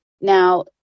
Now